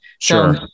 Sure